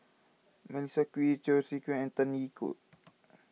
Melissa Kwee Cheong Siew Keong and Tan Tee Yoke